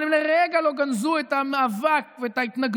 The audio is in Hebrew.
אבל הם לרגע לא גנזו את המאבק ואת ההתנגדות,